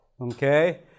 Okay